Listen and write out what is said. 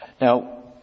Now